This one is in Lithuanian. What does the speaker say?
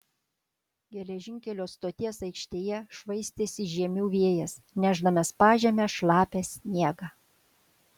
geležinkelio stoties aikštėje švaistėsi žiemių vėjas nešdamas pažeme šlapią sniegą